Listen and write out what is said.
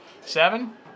Seven